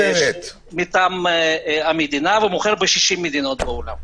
מטעם המדינה ומוכרת ב-60 מדינות בעולם.